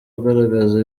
ugaragaza